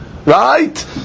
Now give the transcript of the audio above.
Right